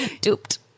Duped